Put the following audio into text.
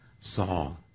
Saul